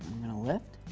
going to lift.